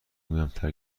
کمتر